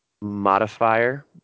modifier